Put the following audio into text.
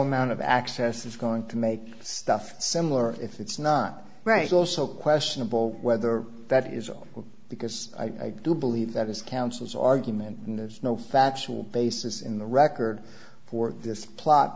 amount of access is going to make stuff similar if it's not right also questionable whether that is because i do believe that is counsel's argument and there's no factual basis in the record for this plot